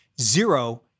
Zero